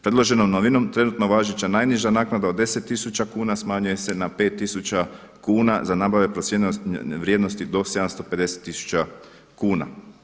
Predloženom novinom trenutno važeća najniža naknada od deset tisuća kuna smanjuje se na pet tisuća kuna za nabave procijenjene vrijednosti do 750 tisuća kuna.